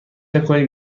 نکنید